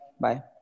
bye